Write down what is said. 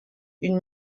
une